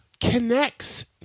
connects